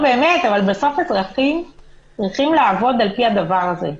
בסוף אזרחים צריכים לעבוד על פי הדבר הזה.